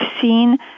seen